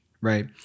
Right